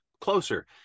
closer